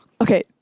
Okay